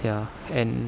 ya and